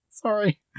sorry